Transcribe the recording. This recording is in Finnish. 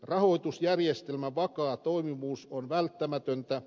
rahoitusjärjestelmän vakaa toimivuus on välttämätöntä